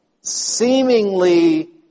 seemingly